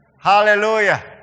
Hallelujah